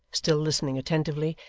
still listening attentively,